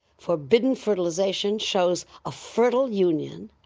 forbidden fertilisation shows a fertile union,